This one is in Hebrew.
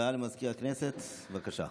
הודעה למזכיר הכנסת, בבקשה.